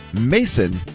mason